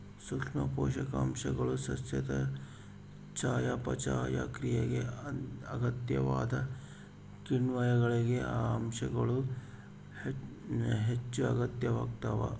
ಸೂಕ್ಷ್ಮ ಪೋಷಕಾಂಶಗಳು ಸಸ್ಯದ ಚಯಾಪಚಯ ಕ್ರಿಯೆಗೆ ಅಗತ್ಯವಾದ ಕಿಣ್ವಗಳಿಗೆ ಈ ಅಂಶಗಳು ಹೆಚ್ಚುಅಗತ್ಯವಾಗ್ತಾವ